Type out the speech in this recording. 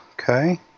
Okay